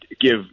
give